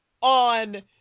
on